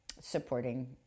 supporting